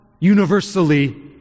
universally